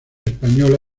española